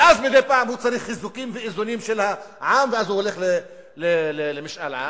ואז מדי פעם הוא צריך חיזוקים ואיזונים של העם והוא הולך למשאל עם,